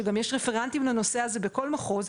וגם יש רפרנטים לנושא הזה בכול מחוז,